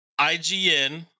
IGN